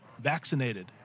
vaccinated